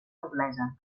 noblesa